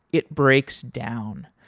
it breaks down.